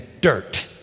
dirt